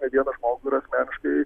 ne vieną žmogų yra asmeniškai